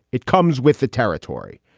it comes with the territory.